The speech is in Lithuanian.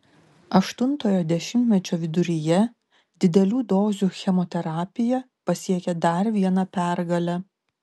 aštuntojo dešimtmečio viduryje didelių dozių chemoterapija pasiekė dar vieną pergalę